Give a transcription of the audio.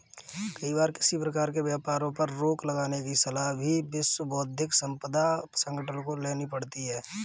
कई बार किसी प्रकार के व्यापारों पर रोक लगाने की सलाह भी विश्व बौद्धिक संपदा संगठन को लेनी पड़ती है